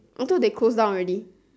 I thought they close down already